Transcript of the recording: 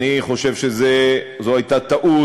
אני חושב שזו הייתה טעות,